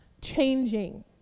changing